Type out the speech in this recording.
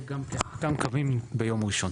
אנחנו מקווים שהיא תהיה ביום ראשון.